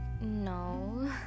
no